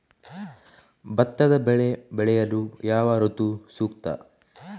ಭತ್ತದ ಬೆಳೆ ಬೆಳೆಯಲು ಯಾವ ಋತು ಸೂಕ್ತ?